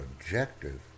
objective